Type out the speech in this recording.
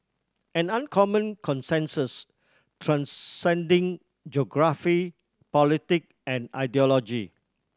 an uncommon consensus transcending geography politic and ideology